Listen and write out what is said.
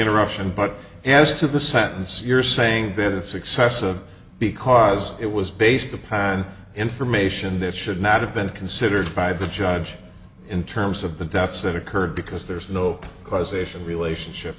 interruption but as to the sentence you're saying that the success of because it was based upon information that should not have been considered by the judge in terms of the deaths that occurred because there's no causation relationship